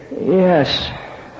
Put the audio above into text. Yes